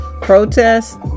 protest